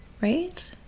right